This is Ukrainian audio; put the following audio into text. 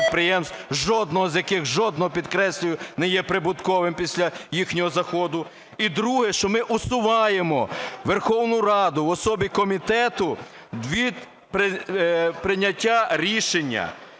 жодне з яких, жодне, підкреслюю, не є прибутковим після їхнього заходу. І друге, що ми усуваємо Верховну Раду в особі комітету від прийняття рішення.